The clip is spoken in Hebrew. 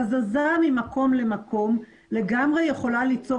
הזזה ממקום למקום לגמרי יכולה ליצור